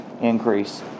increase